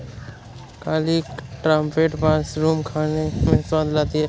काली trumpet mushroom खाने में स्वाद लाती है